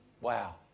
Wow